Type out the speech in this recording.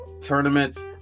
tournaments